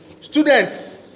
Students